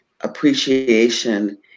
Appreciation